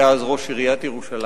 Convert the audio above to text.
היה אז ראש עיריית ירושלים,